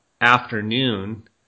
afternoon